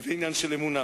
זה עניין של אמונה.